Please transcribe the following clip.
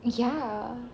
ya